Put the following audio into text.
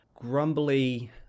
grumbly